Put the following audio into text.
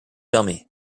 dummy